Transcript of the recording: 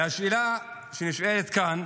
השאלה שנשאלת כאן: